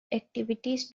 activities